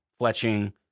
fletching